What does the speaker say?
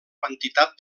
quantitat